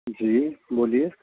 جی بولیے